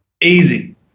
Easy